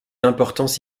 d’importance